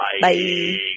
Bye